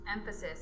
emphasis